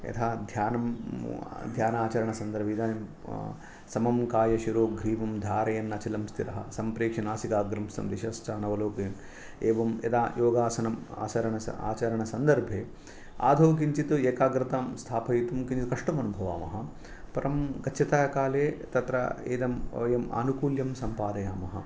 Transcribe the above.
यथा ध्यानं ध्यानाचरणसन्दर्भे इदानीं समं कायशिरोग्रीवं धारयन् अचलं शिरः संप्रेक्ष्य नासिकाग्रं स्वं दिशश्चानवलोकयन् एवं यदा योगासनं आसरण आचरणसन्दर्भे आदौ किञ्चित् एकाग्रतां स्थापयितुं कष्टम् अनुभवामः परं गच्छता कालेन तत्र इदम् अयम् आनुकूल्यं सम्पादयामः